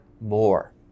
more